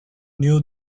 knew